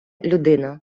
людина